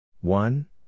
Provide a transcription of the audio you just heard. One